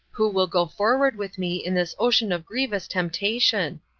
who will go forward with me in this ocean of grievous temptation?